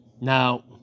Now